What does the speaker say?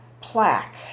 plaque